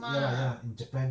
ya lah ya lah in japan